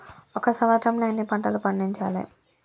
ఒక సంవత్సరంలో ఎన్ని పంటలు పండించాలే?